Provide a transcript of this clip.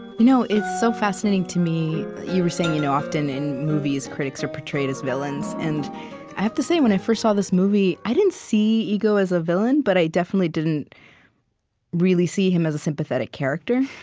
you know it's so fascinating to me you were saying, you know often, in movies, critics are portrayed as villains. and i have to say, when i first saw this movie, i didn't see ego as a villain, but i definitely didn't really see him as a sympathetic character.